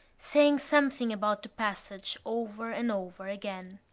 saying something about the passage over and over again.